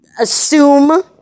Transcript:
assume